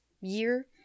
year